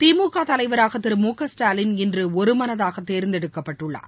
திமுக தலைவராக திரு மு க ஸ்டாலின் இன்று ஒருமனதாக தேர்ந்தெடுக்கப்பட்டுள்ளார்